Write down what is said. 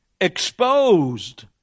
exposed